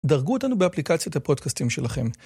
דרגו אותנו באפליקציות הפרודקסטים שלכם.